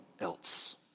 else